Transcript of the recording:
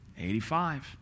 85